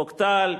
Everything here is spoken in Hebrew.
חוק טל,